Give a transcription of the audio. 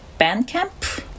Bandcamp